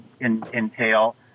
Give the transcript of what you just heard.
entail